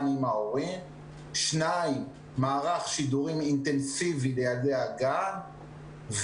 שיש מורים שמשקיעים ונותנים הרצאות